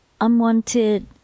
unwanted